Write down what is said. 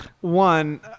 One